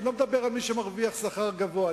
ואני לא מדבר על מי שמרוויח שכר גבוה.